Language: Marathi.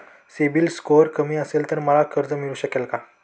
सिबिल स्कोअर कमी असेल तर मला कर्ज मिळू शकेल का?